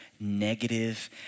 negative